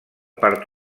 part